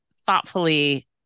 thoughtfully-